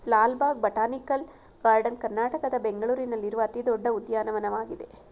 Lal Bagh botanical garden ಕರ್ನಾಟಕದ ಬೆಂಗಳೂರಿನಲ್ಲಿರುವ ಅತಿ ದೊಡ್ಡ ಉದ್ಯಾನವನವಾಗಿದೆ